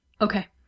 Okay